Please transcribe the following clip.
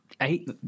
eight